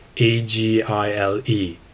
AGILE